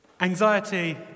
Anxiety